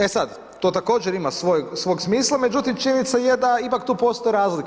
E sad, to također ima svog smisla, međutim, činjenica je da ipak tu postoje razlike.